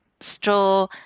straw